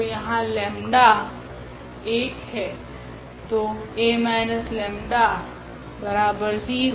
तो यहाँ लेम्डा 𝜆 1 है तो 𝐴−𝜆0